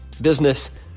business